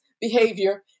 behavior